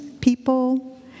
people